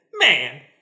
man